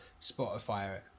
Spotify